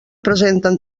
presenten